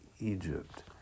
Egypt